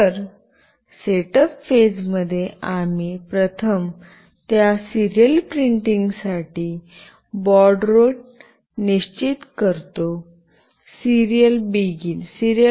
तर सेटअप फेजमध्ये आम्ही प्रथम त्या सिरियल प्रिंटिंगसाठी बाऊड रेट निश्चित करतो सीरियल